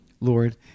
Lord